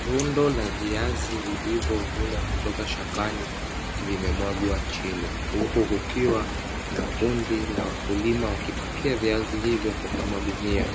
Rundo la viazi vilivyovunwa kutoka shambani vimemwagwa chini, huku kukiwa na kundi la wakulima, wakipakia viazi hivyo kwenye magunia